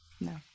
No